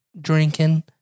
drinking